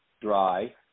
dry